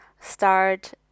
start